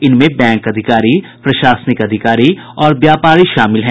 इनमें बैंक अधिकारी प्रशासनिक अधिकारी और व्यापारी शामिल हैं